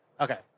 Okay